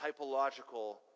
typological